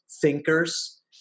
thinkers